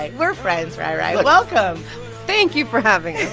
ah we're friends, ry-ry. welcome thank you for having us